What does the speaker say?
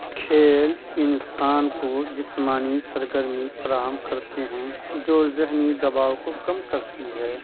کھیل انسان کو جسمانی سرگرمی فراہم کرتے ہیں جو ذہنی دباؤ کو کم کرتی ہے